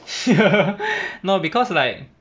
no because like